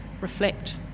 reflect